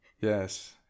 Yes